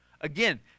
again